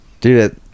dude